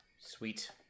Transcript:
Sweet